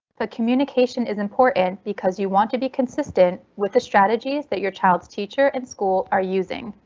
but communication is important because you want to be consistent with the strategies that your child's teacher and school are using.